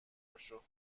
بشو